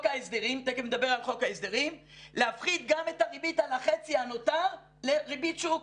ההסדרים להפחית גם את הריבית על החצי הנותר לריבית שוק.